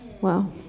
Wow